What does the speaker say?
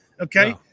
Okay